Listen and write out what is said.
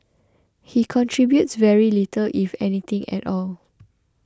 he contributes very little if anything at all